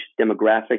demographic